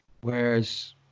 whereas